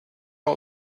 all